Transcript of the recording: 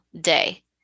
day